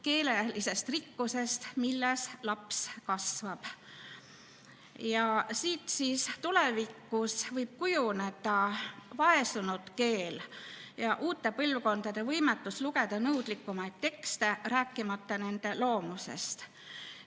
keelelisest rikkusest, milles laps kasvab. Ja nii võib tulevikus kujuneda vaesunud keel ja uute põlvkondade võimetus lugeda nõudlikumaid tekste, rääkimata nende loomisest. Kui